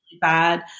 bad